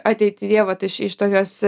ateityje vat iš iš tokios